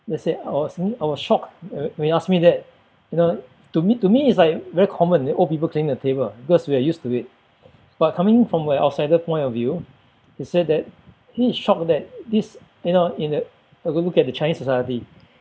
let's say I was I was shocked when he asked me that you know to me to me it's like very common the old people cleaning the table because we're used to it but coming from where outsider point of view he said that he is shocked that this you know in a look look at the chinese society